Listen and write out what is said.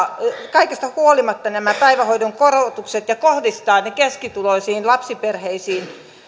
kaikesta huolimatta nämä päivähoidon korotukset ja kohdistaa ne keskituloisiin lapsiperheisiin